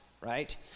right